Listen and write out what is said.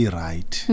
right